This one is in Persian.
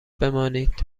بمانید